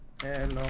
and